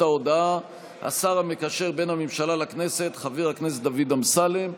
ההודעה השר המקשר בין הממשלה לכנסת חבר הכנסת דוד אמסלם.